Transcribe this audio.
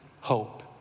hope